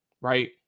right